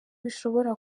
bishobora